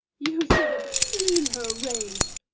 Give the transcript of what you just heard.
you should have seen her rage!